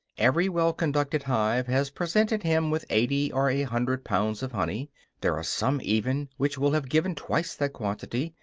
every well-conducted hive has presented him with eighty or a hundred pounds of honey there are some even which will have given twice that quantity,